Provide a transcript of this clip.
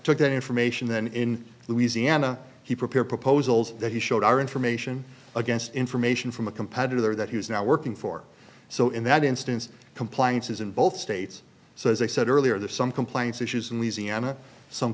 took that information then in louisiana he prepared proposals that he showed our information against information from a competitor that he was now working for so in that instance compliance is in both states so as i said earlier there are some complaints issues in these iana some